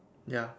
ya